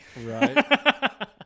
Right